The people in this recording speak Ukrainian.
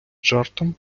жартом